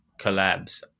collabs